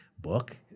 book